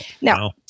Now